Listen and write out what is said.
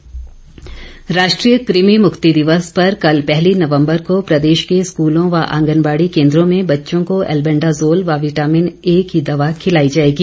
कृमि दिवस राष्ट्रीय कुमि मुक्ति दिवस पर कल पहली नवम्बर को प्रदेश के स्कूलों व आंगनबाड़ी केंद्रों में बच्चों को एल्बेंडाजोल व विटामिन ए की दवा खिलाई जाएगी